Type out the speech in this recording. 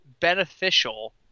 beneficial